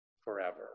forever